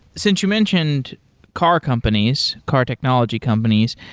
since you mentioned car companies, car technology companies,